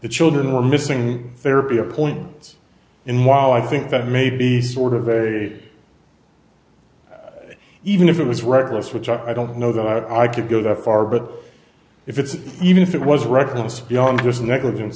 the children were missing therapy appointments and while i think that may be sort of it even if it was reckless which i don't know that i could go that far but if it's even if it was reckless beyond gross negligence